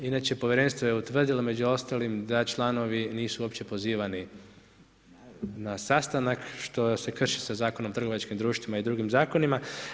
Inače povjerenstvo je utvrdilo među ostalim da članovi nisu uopće pozivani na sastanak što se krši sa Zakonom o trgovačkim društvima i drugim zakonima.